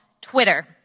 Twitter